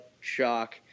shock